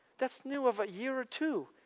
that's new of a year or two.